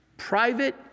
private